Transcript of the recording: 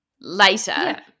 later